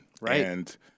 Right